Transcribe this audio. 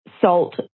salt